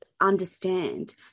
understand